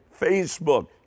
Facebook